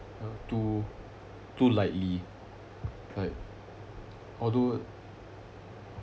too too lightly like although